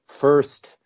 first